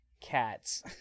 cats